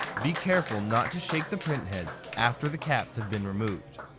be careful not to shake the print head after the caps have been removed.